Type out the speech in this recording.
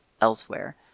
elsewhere